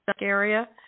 area